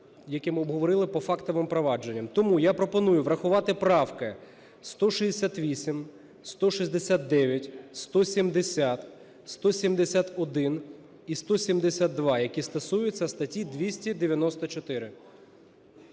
яке ми обговорили по фактовим провадженням. Тому я пропоную врахувати правки: 168, 169, 170, 171 і 172, які стосуються статті 294.